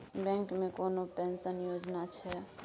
Bank मे कोनो pension योजना छै?